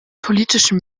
politischem